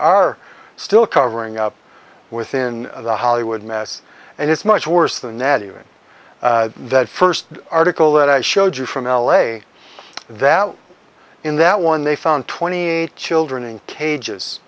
are still covering up within the hollywood mess and it's much worse than nadya that first article that i showed you from l a that in that one they found twenty eight children in cages